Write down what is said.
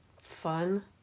Fun